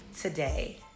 today